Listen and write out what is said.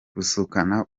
kusukana